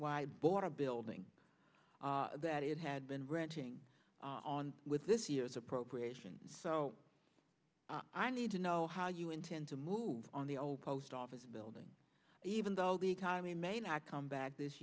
why i bought a building that it had been ranting on with this year's appropriations so i need to know how you intend to move on the old post office building even though the economy may not come